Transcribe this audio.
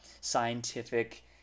scientific